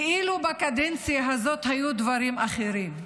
כאילו בקדנציה הזאת היו דברים אחרים.